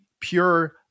pure